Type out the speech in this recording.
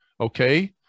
Okay